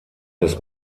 des